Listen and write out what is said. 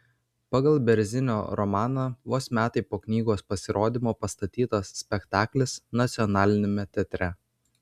pagal bėrzinio romaną vos metai po knygos pasirodymo pastatytas spektaklis nacionaliniame teatre